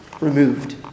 removed